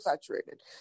saturated